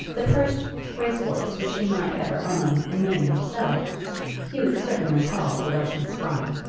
the first race-horse which he might ever own and name himself he would certainly call the russian spy.